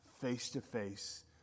face-to-face